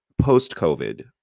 post-COVID